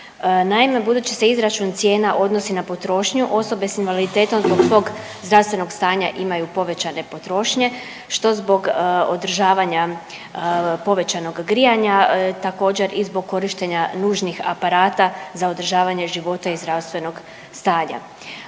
Naime, budući se izračun cijena odnosi na potrošnju osobe s invaliditetom zbog svog zdravstvenog stanja imaju povećane potrošnje što zbog održavanja povećanog grijanja također i zbog korištenja nužnih aparata za održavanje života i zdravstvenog stanja.